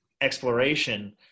exploration